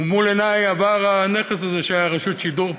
ומול עיני עבר הנכס הזה שהיה רשות שידור פעם.